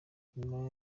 nyuma